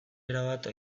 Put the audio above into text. erabat